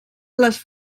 les